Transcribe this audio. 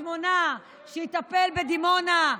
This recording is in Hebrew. שיטפל בקריית שמונה, שיטפל בדימונה.